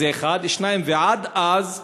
זה, 1. 2. עד אז,